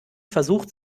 versucht